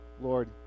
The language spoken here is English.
Lord